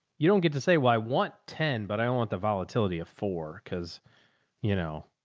you don't get to say, well, i want ten, but i don't want the volatility of four. cause you know,